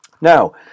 Now